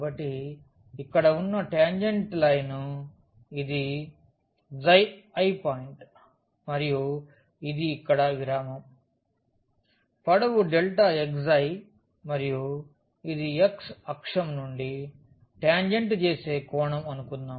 కాబట్టి ఇక్కడ ఉన్న టాంజెంట్ లైన్ ఇది i పాయింట్ మరియు ఇది ఇక్కడ విరామం పొడవు xi మరియు ఇది x అక్షం నుండి టాంజెంట్ చేసే కోణం అనుకుందాం